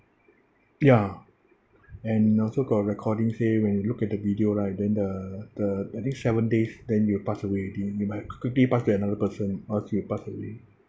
ya and also got recording say when you look at the video right then the the I think seven days then you pass away then you be might qui~ quickly pass to another person or else you will pass away